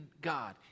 God